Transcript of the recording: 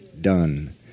done